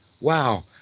Wow